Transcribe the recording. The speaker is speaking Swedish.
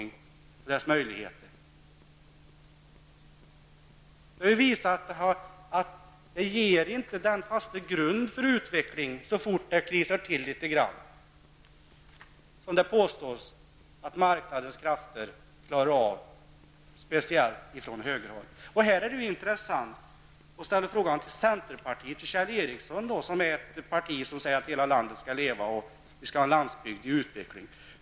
Det har också visat sig att man, så fort det krisar litet grand, inte får en fast grund för utveckling, i varje fall inte den utveckling som marknadskrafterna, inte minst från högerhåll, säger sig klara av. Kjell Ericssons parti centern säger att hela landet skall leva och att vi skall ha en landsbygd i utveckling.